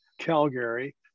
Calgary